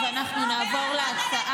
אני מבקשת לשבת.